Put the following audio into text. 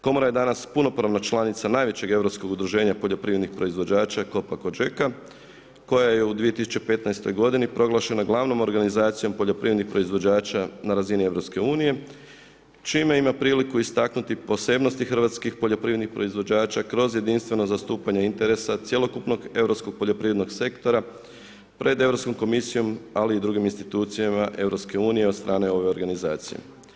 Komora je danas punopravna članica najvećeg europskog udruženja poljoprivrednih proizvođača Copa-cogeca koja je u 2015. godini proglašena glavnom organizacijom poljoprivrednih proizvođača na razini EU čime ima priliku istaknuti posebnosti hrvatskih poljoprivrednih proizvođača kroz jedinstveno zastupanje interesa cjelokupnog Europskog poljoprivrednog sektora pred Europskom komisijom, ali i drugim institucijama EU od strane ove organizacije.